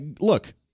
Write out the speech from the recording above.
Look